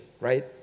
right